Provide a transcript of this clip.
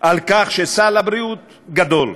על כך שסל הבריאות גדול,